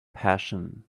passion